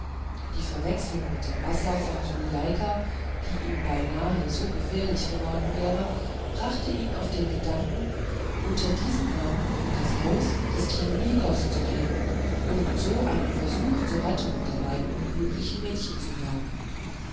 die verwechslung mit dem bassa von sulieika die ihm beinahe so gefährlich geworden wäre brachte ihn auf den gedanken unter diesem namen in das haus des thiuli kos zu gehen und so einen versuch zur rettung der beiden unglücklichen mädchen zu wagen